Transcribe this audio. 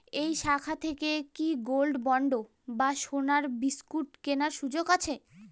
এই শাখা থেকে কি গোল্ডবন্ড বা সোনার বিসকুট কেনার সুযোগ আছে?